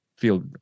Feel